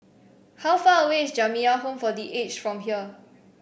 how far away is Jamiyah Home for The Aged from here